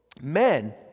men